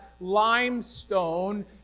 limestone